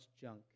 junk